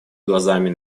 глазами